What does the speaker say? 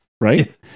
Right